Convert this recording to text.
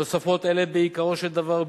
תוספות אלה הן בעיקרו של דבר,